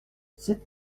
sept